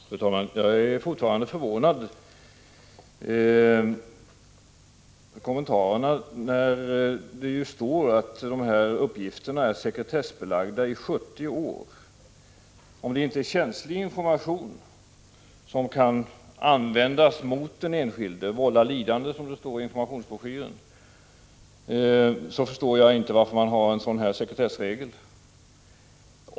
Prot. 1985/86:45 Fru talman! Jag är fortfarande förvånad över civilministerns kommenta 5 december 1985 en sekretessbelagda i 70 år. Om det inte är fråga om känslig information som K Hfölksoch kan användas mot den enskilde —” vålla lidande”, som det står i informationsuppgifterna ifolkoc bostadsräkningen broschyren — förstår jag inte varför det finns en sådan här sekretessregel.